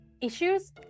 issues